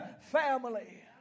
family